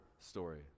story